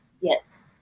Yes